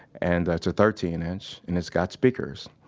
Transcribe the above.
and that's a thirteen inch, and it's got speakers.